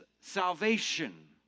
salvation